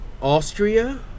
Austria